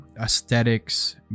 aesthetics